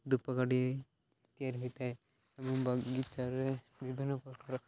ଧୂପ କାଠି ତିଆରି ହୋଇଥାଏ ଏବଂ ବଗିଚାରେ ବିଭିନ୍ନ ପ୍ରକାର